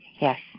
yes